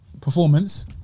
Performance